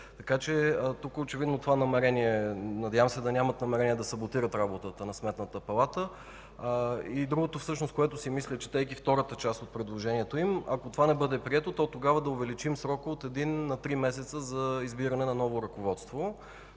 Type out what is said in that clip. тя се състои от девет членове. Надявам се да нямат намерение да саботират работата на Сметната палата. Другото, което си мисля, четейки втората част от предложението им – ако това не бъде прието, то тогава да увеличим срока от един на три месеца за избиране на ново ръководство.